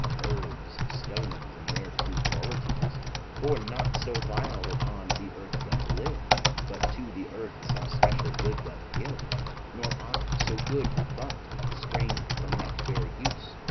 herbs, stones, and their true qualities for naught so vile that on the earth doth live but to the earth some special good doth give nor aught so good but, strain'd from that fair use,